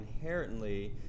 inherently